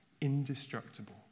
indestructible